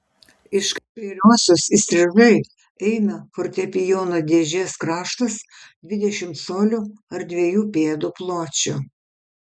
iš kairiosios įstrižai eina fortepijono dėžės kraštas dvidešimt colių ar dviejų pėdų pločio